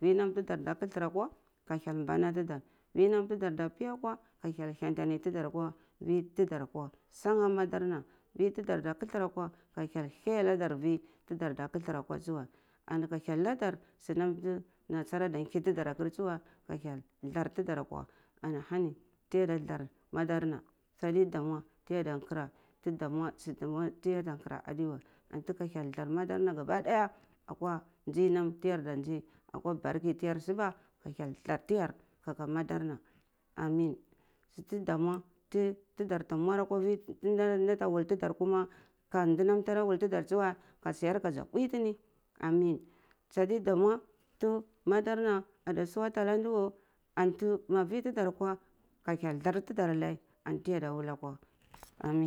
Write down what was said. wir nam ti dar da kamar akwa ka hyel mbana tidar vi nam tidar da piya akwa ka hyel hantani tidar akwa vi dar akwa shanga madarna vi ti dar da kathar akwa ka hyel kiya nadar vi nam ta dar kathar akwa tsuwe ani ka hyel nadar su nam ti nasara ada kir tidar akair ani ka hyel thaltidar madar na sadi damu ti yada kara ti nar damwa ti suti damu ti yata kara adewa antu ka hyel thar madarna gabadiya akwa nzi nam ti yar da nzi ni akwa baraki tiyar suba ani ka hyel thar tiyar aka madana amen su ti damwa ti dar ta ta muri ti nda ta ta wul tidar kuma ka ndnam ata wul tidar kuma ka ndanam tara wul tidar tsuwe ka siyar ka za mbwi tini amen sadi damwa ti madarna ada suwan wa o anti ma vitidara kwa ka hyel thar tidar a nai ani su tiyada wula kwa.